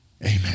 Amen